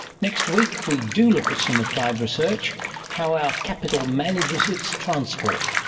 next week we do look at some applied research how our capital manages its transport.